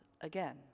again